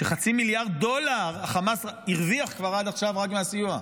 שחצי מיליארד דולר החמאס הרוויח כבר עד עכשיו רק מהסיוע.